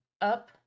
up